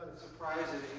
surprises